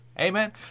Amen